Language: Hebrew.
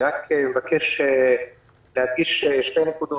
אני מבקש להדגיש רק שתי נקודות.